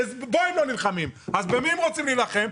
במי הם רוצים להילחם?